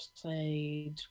played